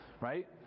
right